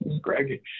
Greg